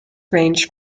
ranged